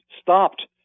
stopped